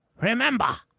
Remember